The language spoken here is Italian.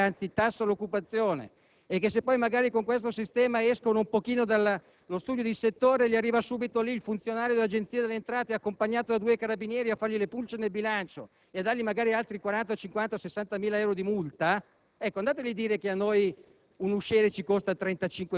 guadagno aziendale (perché è una legge che tassa il guadagno che non c'è, anzi, tassa l'occupazione), e se poi magari con questo sistema escono un pochino dallo studio di settore arriva subito il funzionario dell'Agenzia delle entrate accompagnato da due carabinieri a fargli le pulci nel bilancio e dargli magari altri 40.000, 50.000 o 60.000 euro di multa: